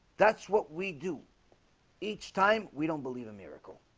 that's what we do each time we don't believe a miracle